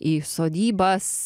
į sodybas